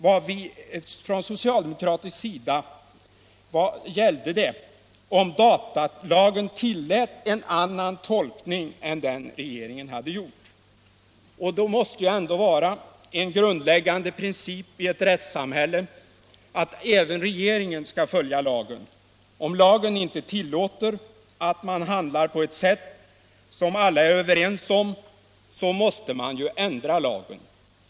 Vad det gällde var om datalagen tillät en annan tolkning än den regeringen hade gjort, och det måste vara en grundläggande princip i ett rättssamhälle att även regeringen skall följa lagen. Om lagen inte tillåter att man handlar på ett sätt som alla är överens om, så måste man ändra lagen.